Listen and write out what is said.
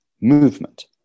movement